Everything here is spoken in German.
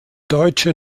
deutsche